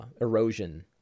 erosion